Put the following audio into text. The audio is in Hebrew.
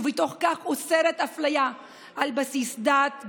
ובתוך כך אוסרת אפליה על בסיס דת,